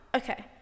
okay